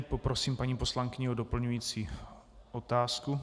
Poprosím paní poslankyni o doplňující otázku.